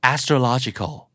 Astrological